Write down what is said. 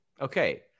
okay